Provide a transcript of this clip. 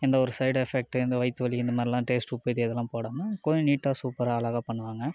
எந்த ஒரு சைடு எஃபட்டும் எந்த வயிற்று வலி இந்த மாதிரிலாம் டேஸ்ட் உப்பு இதெல்லாம் போடாமல் போய் நீட்டாக சூப்பராக அழகாக பண்ணுவாங்க